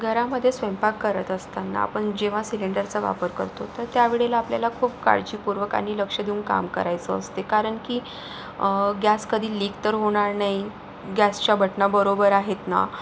घरामध्ये स्वयंपाक करत असताना आपण जेव्हा सिलेंडरचा वापर करतो तर त्यावेळेला आपल्याला खूप काळजीपूर्वक आणि लक्ष देऊन काम करायचं असते कारण की गॅस कधी लीक तर होणार नाही गॅसच्या बटनं बरोबर आहेत ना